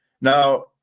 Now